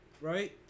right